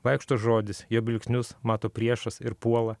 vaikšto žodis jo blyksnius mato priešas ir puola